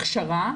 הכשרה,